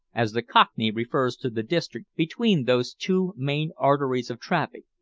as the cockney refers to the district between those two main arteries of traffic,